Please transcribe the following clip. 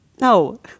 No